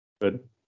Good